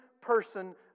person